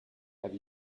have